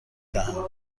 دهم